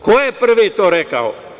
Ko je prvi to rekao?